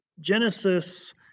Genesis